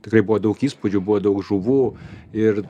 tikrai buvo daug įspūdžių buvo daug žuvų ir